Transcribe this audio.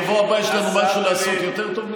בשבוע הבא יש לנו משהו לעשות יותר טוב מזה?